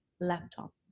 laptop